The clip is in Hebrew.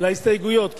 על ההסתייגויות,